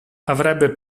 avrebbe